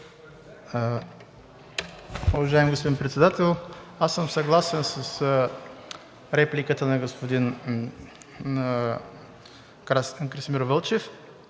Уважаеми господин Председател, аз съм съгласен с репликата на господин Красимир Вълчев.